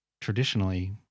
traditionally